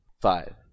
Five